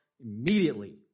Immediately